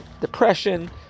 depression